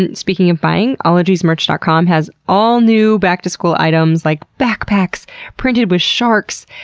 and speaking of buying, ologiesmerch dot com has all new back-to-school items like backpacks printed with sharks,